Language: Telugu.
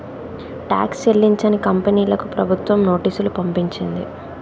ట్యాక్స్ చెల్లించని కంపెనీలకు ప్రభుత్వం నోటీసులు పంపించింది